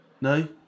No